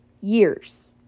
years